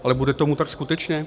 Ale bude tomu tak skutečně?